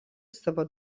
savo